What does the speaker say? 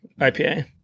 IPA